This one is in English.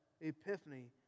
epiphany